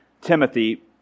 Timothy